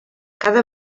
cada